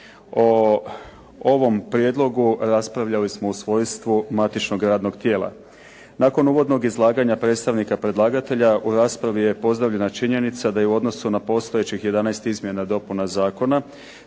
O ovom prijedlogu raspravljali smo u svojstvu matičnog radnog tijela. Nakon uvodnog izlaganja predstavnika predlagatelja u raspravi je pozdravljena činjenica da je u odnosu na postojećih 11 izmjena dopuna zakona